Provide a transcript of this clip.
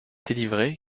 délivré